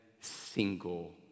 single